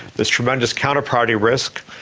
there's tremendous counter-party risk.